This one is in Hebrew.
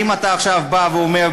אם אתה עכשיו בא ואומר,